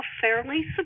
fairly